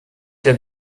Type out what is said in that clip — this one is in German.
der